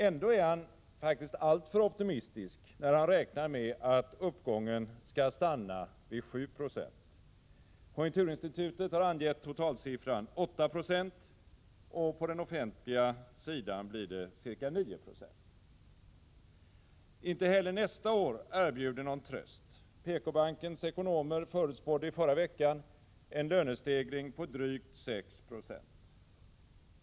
Ändå är han faktiskt alltför optimistisk när han räknar med att uppgången skallstanna vid7 90. Konjunkturinstitutet har angett totalsiffran 8 26, och på den offentliga sidan blir det ca 9 90. Inte heller nästa år erbjuder någon tröst. PKbankens ekonomer förutspådde i förra veckan en lönestegring på drygt 6 96.